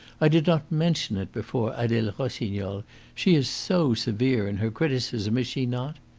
i did not mention it before adele rossignol she is so severe in her criticism, is she not?